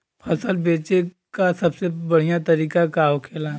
फसल बेचे का सबसे बढ़ियां तरीका का होखेला?